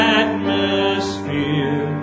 atmosphere